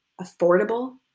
affordable